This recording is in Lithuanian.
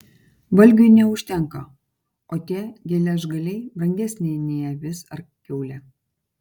valgiui neužtenka o tie geležgaliai brangesni nei avis ar kiaulė